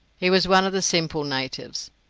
he was one of the simple natives.